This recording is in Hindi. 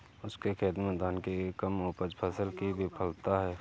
उसके खेत में धान की कम उपज फसल की विफलता है